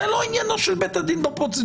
זה לא עניינו של בית הדין בפרוצדורה.